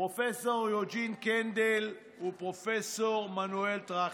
פרופ' יוג'ין קנדל ופרופ' מנואל טרכטנברג.